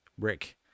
Rick